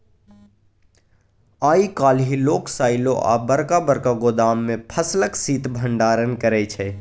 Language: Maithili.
आइ काल्हि लोक साइलो आ बरका बरका गोदाम मे फसलक शीत भंडारण करै छै